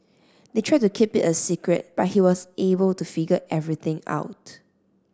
they tried to keep it a secret but he was able to figure everything out